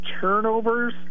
turnovers